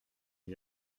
n’y